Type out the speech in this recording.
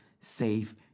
safe